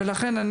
שמעון,